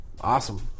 Awesome